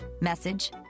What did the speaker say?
message